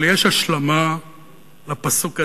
אבל יש השלמה לפסוק הזה,